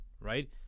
right